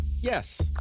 Yes